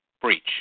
breach